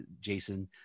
jason